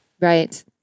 Right